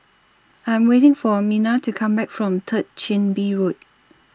I Am waiting For Minna to Come Back from Third Chin Bee Road